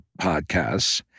podcasts